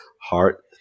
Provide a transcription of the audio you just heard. Heart